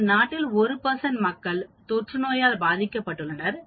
ஒரு நாட்டில் 1 மக்கள் தொற்றுநோயால் பாதிக்கப்பட்டுள்ளனர்